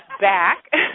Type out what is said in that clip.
back